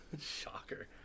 Shocker